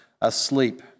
asleep